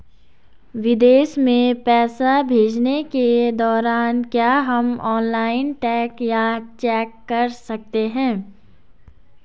विदेश में पैसे भेजने के दौरान क्या हम ऑनलाइन ट्रैक या चेक कर सकते हैं?